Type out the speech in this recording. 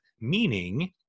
meaning